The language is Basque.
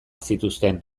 zituzten